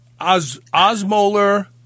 osmolar